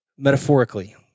metaphorically